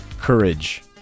courage